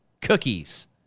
cookies